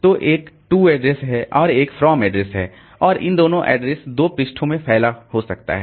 तो एक to address है और एक फ्रॉम ऐड्रेस है और इन दोनों ऐड्रेस दो पृष्ठों में फैले हो सकते हैं